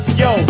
yo